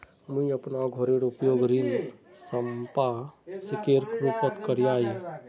मुई अपना घोरेर उपयोग ऋण संपार्श्विकेर रुपोत करिया ही